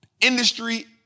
industry